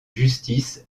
justice